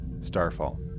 Starfall